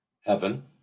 Heaven